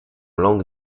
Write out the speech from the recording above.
langue